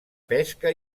pesca